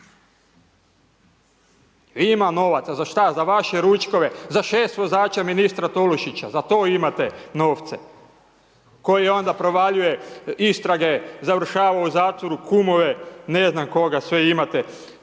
Ima novaca. Za što? Za vaše ručkove, za 6 vozača ministra Tolušića. Za to imate novce koji onda provaljuje istrage, završava u zatvoru, kumove, ne znam koga sve imate.